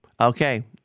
Okay